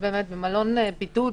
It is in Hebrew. במלון בידוד